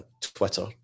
Twitter